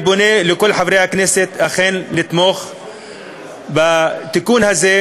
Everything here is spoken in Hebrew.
אני פונה לכל חברי הכנסת אכן לתמוך בתיקון הזה,